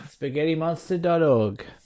SpaghettiMonster.org